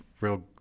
real